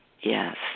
Yes